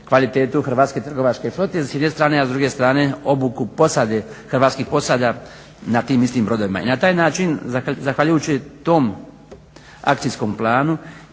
kvalitetu hrvatske trgovačke flote s jedne strane a s druge strane obuku posade, hrvatskih posada na tim istim brodovima. I na taj način zahvaljujući tom akcijskom planu